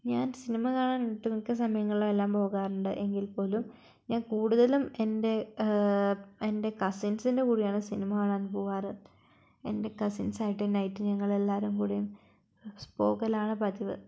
ഞാൻ സിനിമ കാണാൻ ഒട്ടുമിക്ക സമയങ്ങളിലും എല്ലാം പോകാറുണ്ട് എങ്കിൽ പോലും ഞാൻ കൂടുതലും എൻ്റെ എൻ്റെ കസിൻസിൻ്റെ കൂടെയാണ് സിനിമ കാണാൻ പോകാറ് എൻ്റെ കസിൻസ് ആയിട്ട് എല്ലാരും കൂടി പോകലാണ് പതിവ്